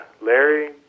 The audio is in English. Larry